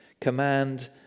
Command